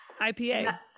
IPA